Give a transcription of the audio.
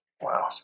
Wow